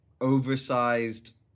oversized